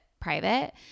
private